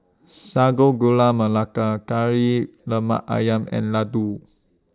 Sago Gula Melaka Kari Lemak Ayam and Laddu